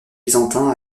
byzantin